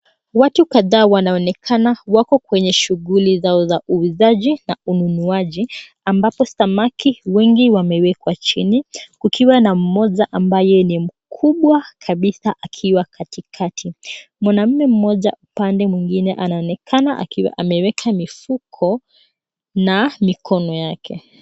Watu kadhaa wanaonekana wako kwenye shughuli zao za uuzaji na ununuaji ambapo samaki wengi wamewekwa chini kukiwa na mmoja ambaye ni mkubwa kabisa akiwa katikati. Mwanamme mmoja upande mwingine anaonekana akiwa ameweka mifuko na mikono yake.